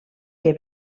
que